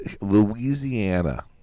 Louisiana